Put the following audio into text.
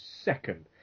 second